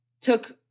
took